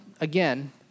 again